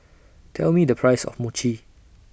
Tell Me The Price of Mochi